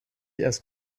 erst